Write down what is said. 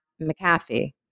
McAfee